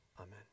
Amen